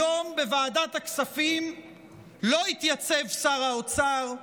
היום בוועדת הכספים לא התייצב שר האוצר,